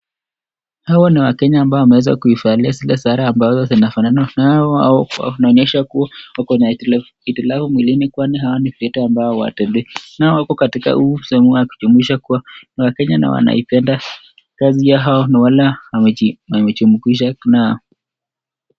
Hawa ni Wakenya ambao wameweza kuivalia zile sare ambao zinafanana , na wao hao wanaonyesha kuwa wako na kila kitu nayo mwili kwani hawa ni viwete hawatembei. Nao wako katika sehemu wakijumuisha kuwa ni Wakenya na wanaipenda kazi ya hawa na wala wamejikumuisha na.